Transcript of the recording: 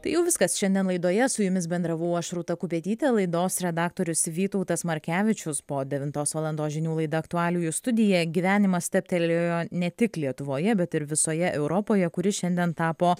tai jau viskas šiandien laidoje su jumis bendravau aš rūta kupetytė laidos redaktorius vytautas markevičius po devintos valandos žinių laida aktualijų studija gyvenimas stabtelėjo ne tik lietuvoje bet ir visoje europoje kuris šiandien tapo